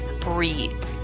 breathe